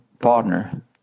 partner